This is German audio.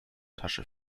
tasche